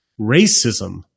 racism